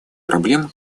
проблем